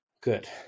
Good